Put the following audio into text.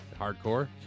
Hardcore